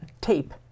tape